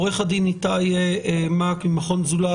עורך הדין איתי מק ממכון "זולת".